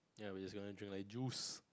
ya we're just gonna drink like juice